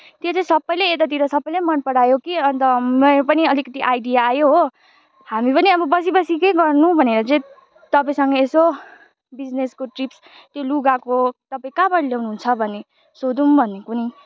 त्यो चाहिँ सबैले यतातिर सबैले मनपरायो कि अन्त मेरो पनि अलिकति आइडिया आयो हो हामी पनि अब बसी बसी के गर्नु भनेर चाहिँ तपाईँसँग यसो बिजनेसको टिप्स त्यो लुगाको तपाईँ कहाँबाट ल्याउनुहुन्छ भन्ने सोधौँ भनेको नि